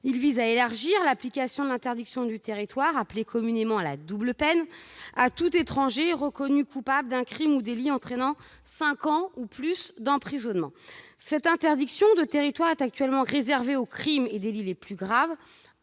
Il vise à élargir l'application de l'interdiction du territoire, appelée communément la double peine, à tout étranger reconnu coupable d'un crime ou délit entraînant cinq ans ou plus d'emprisonnement. Cette interdiction de territoire est actuellement réservée aux crimes et délits les plus graves,